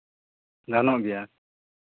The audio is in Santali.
ᱜᱟᱱᱚᱜ ᱜᱮᱭᱟ